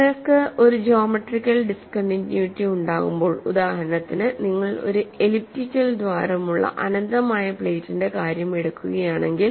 നിങ്ങൾക്ക് ഒരു geometrical discontinuity ഉണ്ടാകുമ്പോൾ ഉദാഹരണത്തിന് നിങ്ങൾ ഒരു എലിപ്റ്റിക്കൽ ദ്വാരമുള്ള അനന്തമായ പ്ലേറ്റിന്റെ കാര്യം എടുക്കുകയാണെങ്കിൽ